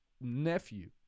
nephew